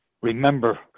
Remember